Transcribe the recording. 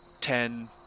ten